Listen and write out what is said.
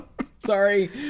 Sorry